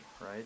right